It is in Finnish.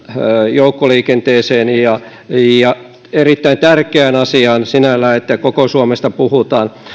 joukkoliikenteeseen ja ja sinällään erittäin tärkeään asiaan että koko suomesta puhutaan